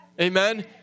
Amen